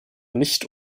nicht